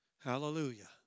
Hallelujah